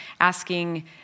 asking